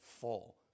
full